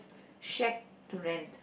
shared to rent